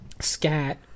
Scat